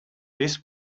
this